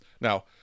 Now